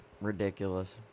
ridiculous